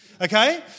okay